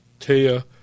Taya